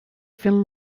fent